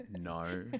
no